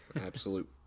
absolute